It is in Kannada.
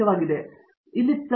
ಪ್ರೊಫೆಸರ್